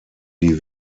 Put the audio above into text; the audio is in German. die